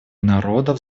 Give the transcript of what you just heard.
народов